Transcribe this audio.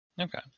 Okay